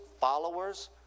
followers